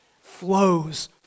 flows